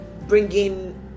bringing